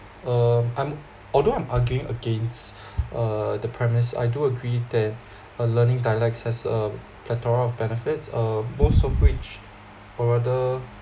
uh I'm although I'm arguing against uh the premise I do agree that uh learning dialects has a plethora of benefits uh most of which are rather